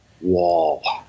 wall